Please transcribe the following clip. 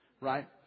right